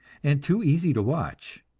and too easy to watch.